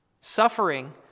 Suffering